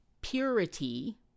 purity